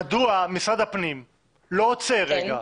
מדוע משרד הפנים לא עוצר רגע,